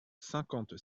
cinquante